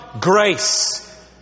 grace